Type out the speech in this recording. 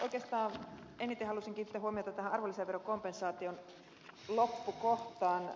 oikeastaan eniten halusin kiinnittää huomiota arvonlisäverokompensaation loppukohtaan